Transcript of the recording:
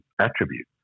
attribute